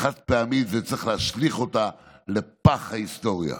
חד-פעמית וצריך להשליך אותה לפח ההיסטוריה.